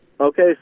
Okay